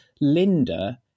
Linda